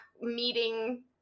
meeting